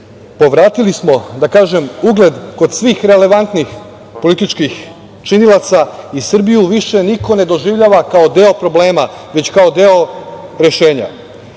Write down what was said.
Povratili smo, da kažem, ugled kod svih relevantnih političkih činilaca i Srbiju više niko ne doživljava kao deo problema, već kao deo rešenja.